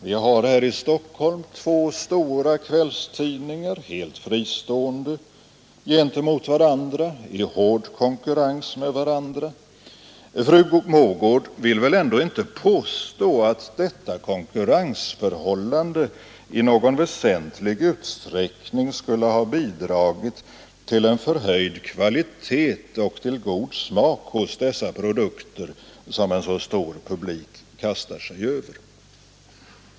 Vi har i Stockholm två stora kvällstidningar, helt fristående gentemot varandra, i hård konkurrens med varandra. Fru Mogård vill väl ändå inte påstå, att detta konkurrensförhållande i någon väsentlig utsträckning skulle ha bidragit till en förhöjd kvalitet och till god smak hos dessa produkter, som en så stor publik kastar sig över!